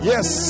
Yes